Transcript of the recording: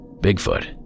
Bigfoot